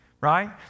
right